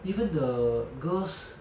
even the girls